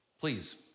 please